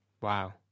Wow